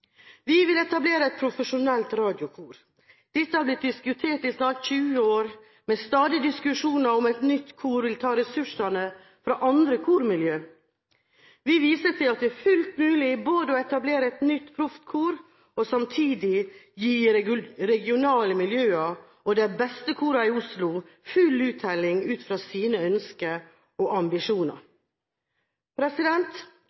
Vi vil etablere et profesjonelt radiokor. Dette har blitt diskutert i snart 20 år, med stadige diskusjoner om hvorvidt et nytt kor vil ta ressursene fra andre kormiljøer. Vi viser til at det er fullt mulig både å etablere et nytt proffkor og å gi regionale miljøer og de beste korene i Oslo full uttelling ut fra deres ønsker og